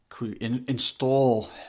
install